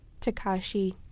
Takashi